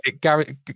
Gary